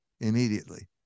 immediately